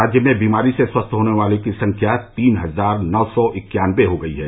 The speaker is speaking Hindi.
राज्य में बीमारी से स्वस्थ होने वालों की संख्या तीन हजार नौ सौ इक्यानबे हो गई है